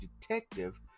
detective